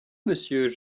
monsieur